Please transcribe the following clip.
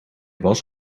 was